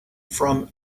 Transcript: from